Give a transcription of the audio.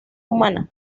humana